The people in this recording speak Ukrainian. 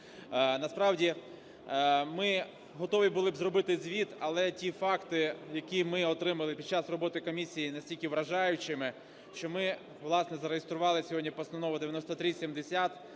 Насправді, ми готові були б зробити звіт, але ті факти, які ми отримали під час роботи комісії, є настільки вражаючими, що ми, власне, зареєстрували сьогодні Постанову 9370